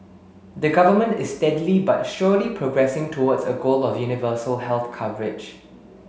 the government is steadily but surely progressing towards a goal of universal health coverage